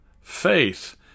faith